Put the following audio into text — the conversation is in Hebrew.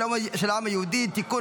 מדינת הלאום של העם היהודי (תיקון,